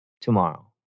tomorrow